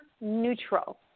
neutral